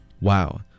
Wow